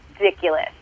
ridiculous